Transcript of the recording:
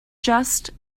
just